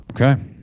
Okay